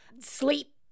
sleep